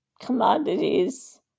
commodities